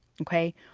Okay